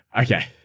Okay